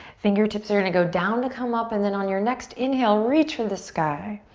fingertips are gonna go down to come up and then on your next inhale, reach for the sky.